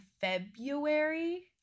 February